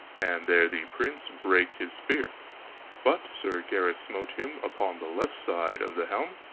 and there the prince brake his spear but sir gareth smote him upon the left side of the helm,